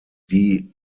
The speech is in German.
die